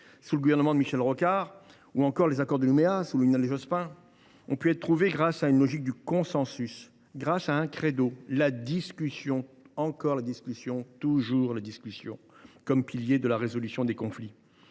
sous le Gouvernement de Michel Rocard, ou encore les accords de Nouméa, sous Lionel Jospin, ont pu être trouvés grâce à une logique de consensus, grâce à un credo : la discussion, encore et toujours, comme pilier de la résolution des conflits.